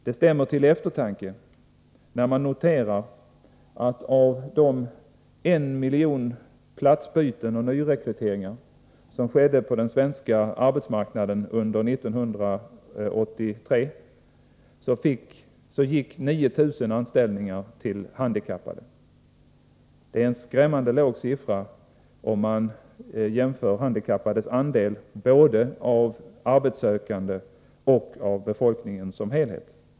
Det stämmer till eftertanke när man noterar att av 1 miljon platsbyten och nyrekryteringar på den svenska arbetsmarknaden under 1983 gick 9 000 anställningar till handikappade. Det är en skrämmande låg siffra om man jämför handikappades andel både av arbetssökande och av befolkningen som helhet.